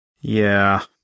Yeah